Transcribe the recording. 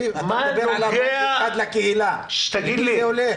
אמרת עזרה לקהילה לאן זה הולך?